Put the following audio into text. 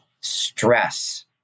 Stress